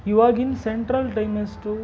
ಇವಾಗಿನ central time ಎಷ್ಟು